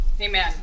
Amen